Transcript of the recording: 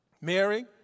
Mary